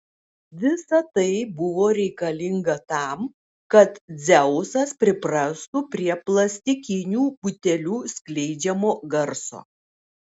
visa tai buvo reikalinga tam kad dzeusas priprastų prie plastikinių butelių skleidžiamo garso